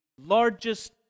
largest